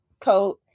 coat